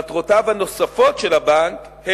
מטרותיו הנוספות של הבנק: